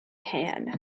tan